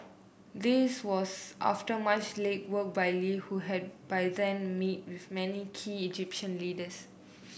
this was after much legwork by Lee who had by then meet with many key Egyptian leaders